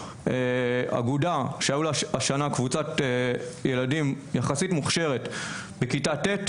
אגודה שהייתה לה השנה קבוצת ילדים יחסית מוכשרת בכיתה ט',